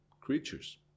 creatures